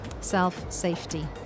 self-safety